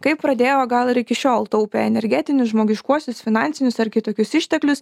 kaip pradėjo o gal ir iki šiol taupė energetinius žmogiškuosius finansinius ar kitokius išteklius